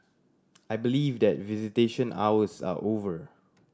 I believe that visitation hours are over